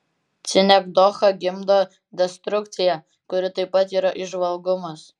sinekdocha gimdo destrukciją kuri taip pat yra įžvalgumas